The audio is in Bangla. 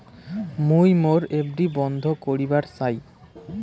মুই মোর এফ.ডি বন্ধ করিবার চাই